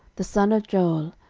the son of joel,